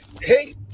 hey